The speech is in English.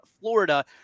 Florida